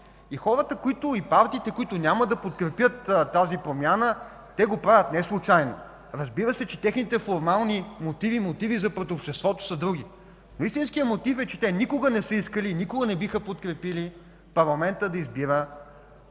и партиите, които няма да подкрепят тази промяна, го правят неслучайно. Разбира се, техните формални мотиви, мотиви за пред обществото са други, но истинският мотив е, че те никога не са искали и никога не биха подкрепили парламентът да избира